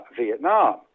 Vietnam